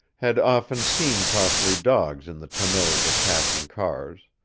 had often seen costly dogs in the tonneaus of passing cars.